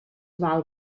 val